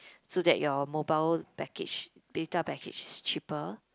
so that your mobile package data package is cheaper